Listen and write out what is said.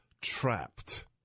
trapped